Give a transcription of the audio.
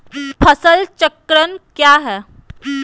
फसल चक्रण क्या है?